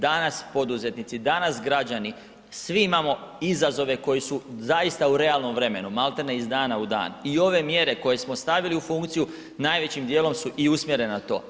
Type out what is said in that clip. Danas poduzetnici, danas građani svi imamo izazove koji su u realnom vremenu, maltene iz dana u dan i ove mjere koje smo stavili u funkciju najvećim dijelom su i usmjerene na to.